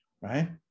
right